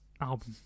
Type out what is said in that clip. album